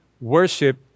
worship